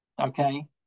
Okay